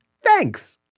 Thanks